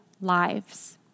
lives